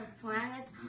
planet